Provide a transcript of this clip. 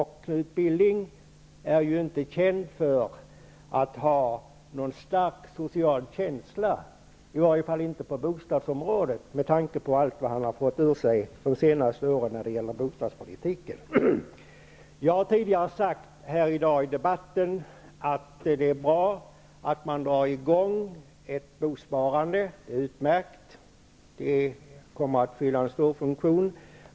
Knut Billing är inte känd för att ha någon stark social känsla, i varje fall inte på bostadsområdet, med tanke på allt vad han har fått ur sig de senaste åren när det gäller bostadspolitik. Jag har tidigare i debatten i dag sagt att det är bra att man drar i gång ett bosparande. Det kommer att fylla en stor funktion.